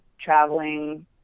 traveling